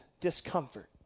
discomfort